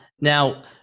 now